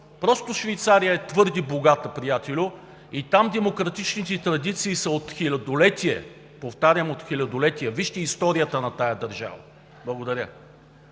Просто Швейцария е твърде богата, приятелю, и там демократичните традиции са от хилядолетия, повтарям, от хилядолетия. Вижте историята на тази държава. Благодаря.